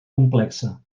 complexa